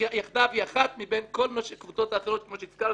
"יחדיו" היא אחת מבין כל הקבוצות האחרות כמו שהזכרתי,